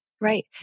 Right